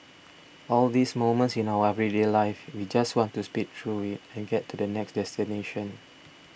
all these moments in our everyday life we just want to speed through it and get to the next destination